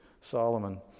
Solomon